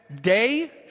day